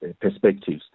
perspectives